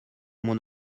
mon